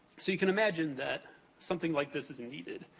so, you can imagine that something like this is needed.